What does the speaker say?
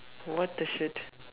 what the shit